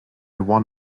won